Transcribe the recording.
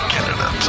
Canada